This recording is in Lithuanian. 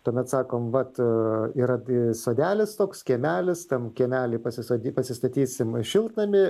tuomet sakom vat yra sodelis toks kiemelis tam kiemely pasisody pasistatysim šiltnamį